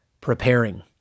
preparing